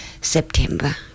September